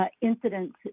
incidents